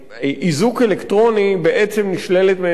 בעצם נשללת מהם הזכות והיכולת לעבוד.